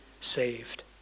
saved